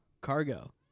Cargo